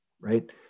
right